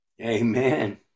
Amen